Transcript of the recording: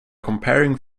comparing